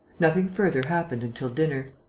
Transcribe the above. nothing further happened until dinner.